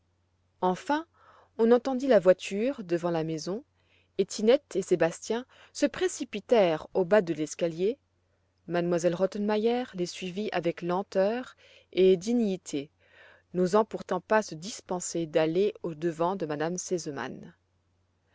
enfin on entendit la voiture devant la maison et tinette et sébastien se précipitèrent au bas de l'escalier m elle rottenmeier les suivit avec lenteur et dignité n'osant pourtant pas se dispenser d'aller au devant de